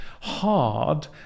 hard